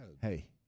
Hey